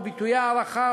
וביטויי הערכה,